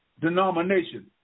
denomination